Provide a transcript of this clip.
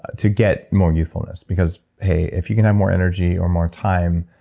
to get more youthfulness. because hey, if you can have more energy or more time,